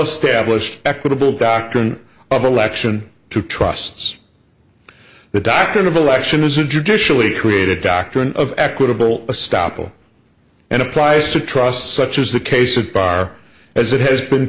established equitable doctrine of election two trusts the doctrine of election is a judicially created doctrine of equitable stoppel and applies to trust such as the case of bar as it has been